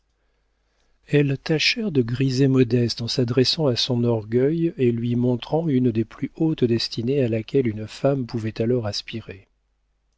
elles tâchèrent de griser modeste en s'adressant à son orgueil et lui montrant une des plus hautes destinées à laquelle une femme pouvait alors aspirer